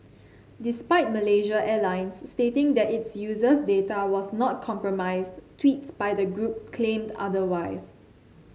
despite Malaysia Airlines stating that its users data was not compromised tweets by the group claimed otherwise